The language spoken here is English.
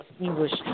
English